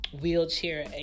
wheelchair